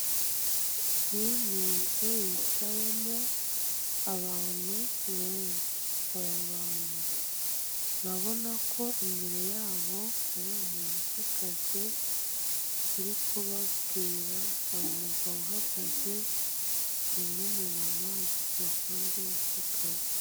Iyi ni inzu yicayemo abantu benshi. Aba bantu urabona ko imbere yabo hari umuntu upfukamye uri kubabwira. Hari umugabo uhagaze n'umumama bahagararanye.